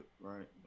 right